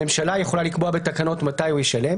הממשלה יכולה לקבוע בתקנות מתי הוא ישלם.